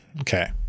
Okay